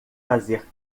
fazer